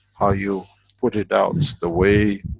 ah you put it out, the way,